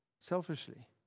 selfishly